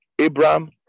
Abraham